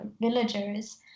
villagers